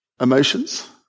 emotions